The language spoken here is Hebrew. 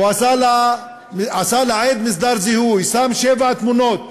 הוא עשה לעד מסדר זיהוי: שם שבע תמונות